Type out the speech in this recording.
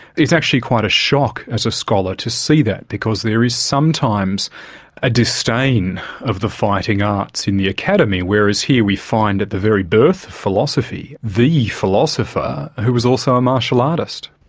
it's actually quite a shock as a scholar to see that, because there is sometimes a disdain of the fighting arts in the academy, whereas here we find at the very birth of philosophy, the philosopher who was also a martial artist.